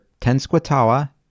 Tenskwatawa